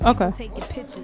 okay